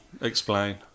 Explain